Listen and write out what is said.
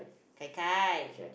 gai-gai